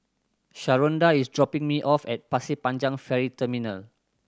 Sharonda is dropping me off at Pasir Panjang Ferry Terminal